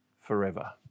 forever